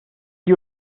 you